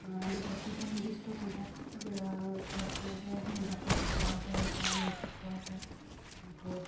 এটা নিৰ্দিষ্ট জেগাত ৰখাইহে সেই ডাটাটো পোৱা যায় বা নেটৱৰ্ক পোৱা যায় কিন্তু